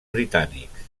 britànics